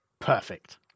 Perfect